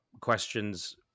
questions